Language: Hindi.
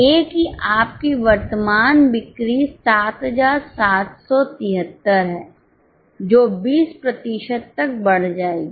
ए की आपकी वर्तमान बिक्री 7773 है जो 20 प्रतिशत तक बढ़ जाएगी